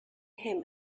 him